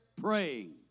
praying